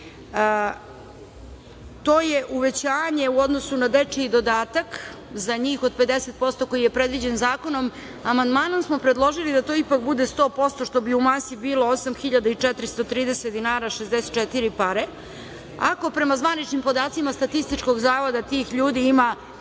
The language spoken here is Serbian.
To je uvećanje u odnosu na dečji dodatak za njih od 50% koji je predviđen zakonom. Amandmanom smo predložili da to ipak bude 100%, što bi u masi bilo 8.430, 64 dinara. Ako prema zvaničnim podacima Statističkog zavoda tih ljudi ima